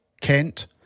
Kent